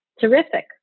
terrific